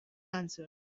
answered